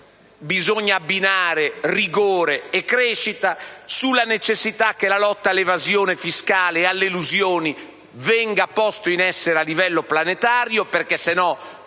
bisogna abbinare rigore e crescita, sulla necessità che la lotta all'evasione fiscale e alle elusioni venga posta in essere a livello planetario perché